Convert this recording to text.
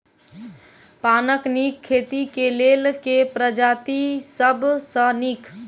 पानक नीक खेती केँ लेल केँ प्रजाति सब सऽ नीक?